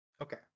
okay